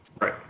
Right